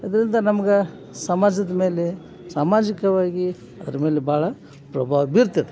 ಅದರಿಂದ ನಮ್ಗೆ ಸಮಾಜದ ಮೇಲೆ ಸಾಮಾಜಿಕವಾಗಿ ಅದ್ರ ಮೇಲೆ ಭಾಳ ಪ್ರಭಾವ ಬೀರ್ತದೆ